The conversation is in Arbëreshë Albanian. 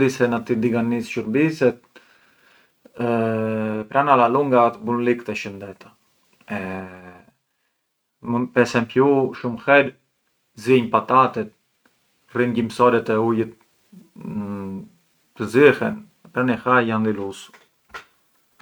di se na ti diganis shurbiset pran alla lunga bun lik te shëndeta, per esempiu u shumë herë zienj patatet, rrinë gjims ore te ujët, të zihen e pran i ha e jan di lussu.